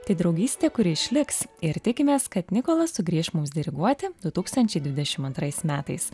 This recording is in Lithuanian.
tai draugystė kuri išliks ir tikimės kad nikolas sugrįš mums diriguoti du tūkstančiai dvidešim antrais metais